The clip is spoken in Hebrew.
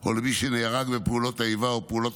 או למי שנהרג בפעולות האיבה או פעולות